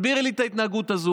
תסבירי לי את ההתנהגות הזאת.